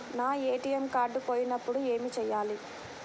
నా ATM card పోయినప్పుడు ఏమి చేయాలి?